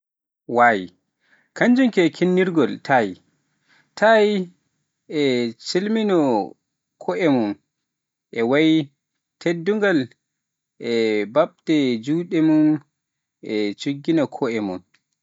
Wai (Thai kinnirgol). Thai en ina calmina koye mum en e wai teddungal, ina mbaɗa juuɗe mum en ina cujjana koye mum en.